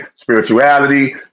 spirituality